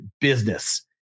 business